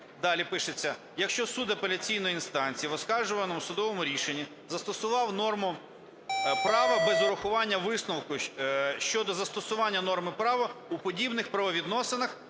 далі пишеться, - якщо суд апеляційної інстанції в оскаржуваному судовому рішенні застосував норму права без врахування висновку щодо застосування норми права у подібних правовідносинах,